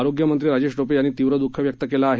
आरोग्यमंत्री राजेश टोपे यांनी तीव्र दुःख व्यक्त केलं आहे